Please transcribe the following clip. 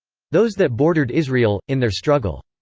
those that bordered israel, in their struggle.